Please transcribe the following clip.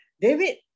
David